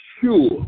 sure